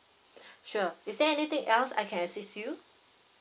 sure is there anything else I can assist you